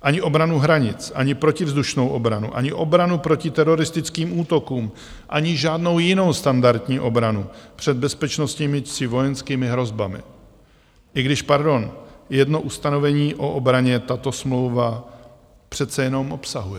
Ani obranu hranic, ani protivzdušnou obranu, ani obranu proti teroristickým útokům, ani žádnou jinou standardní obranu před bezpečnostními či vojenskými hrozbami, i když, pardon, jedno ustanovení o obraně tato smlouva přece jenom obsahuje.